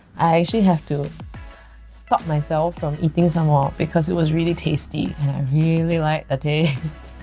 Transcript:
i actually have to stop myself from eating some more because it was really tasty and i really liked the taste,